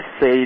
say